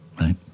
right